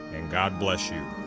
and god bless you.